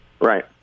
Right